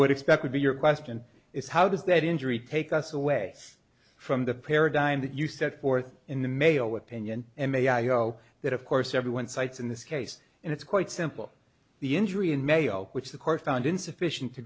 would expect would be your question is how does that injury take us away from the paradigm that you set forth in the mail with opinion and mayo that of course everyone cites in this case and it's quite simple the injury in mayo which the court found insufficien